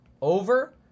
over